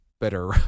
better